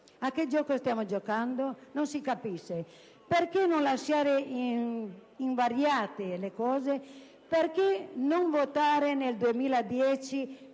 A che gioco stiamo giocando? Non si capisce. Perché non lasciare invariate le cose? Perché non votare nel 2010,